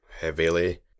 heavily